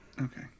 Okay